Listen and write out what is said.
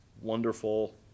wonderful